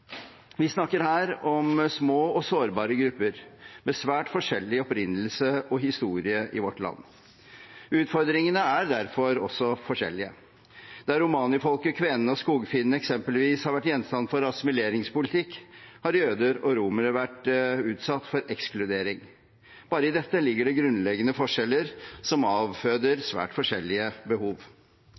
Vi snakker her om små og sårbare grupper med svært forskjellig opprinnelse og historie i vårt land. Utfordringene er derfor også forskjellige. Der romanifolket, kvenene og skogfinnene eksempelvis har vært gjenstand for assimileringspolitikk, har jøder og romer vært utsatt for ekskludering. Bare i dette ligger det grunnleggende forskjeller som avføder svært forskjellige behov.